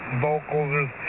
vocals